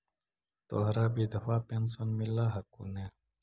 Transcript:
तोहरा विधवा पेन्शन मिलहको ने?